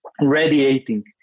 radiating